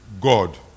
God